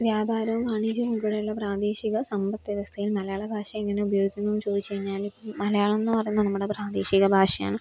വ്യാപാരവും വാണിജ്യവും ഉള്പ്പെടെയുള്ള പ്രാദേശിക സമ്പത് വ്യവസ്ഥയില് മലയാളഭാഷ എങ്ങനെ ഉപയോഗിക്കുന്നുവെന്ന് ചോദിച്ചുകഴിഞ്ഞാൽ മലയാളമെന്ന് പറയുന്ന നമ്മുടെ പ്രാദേശിക ഭാഷയാണ്